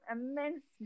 immense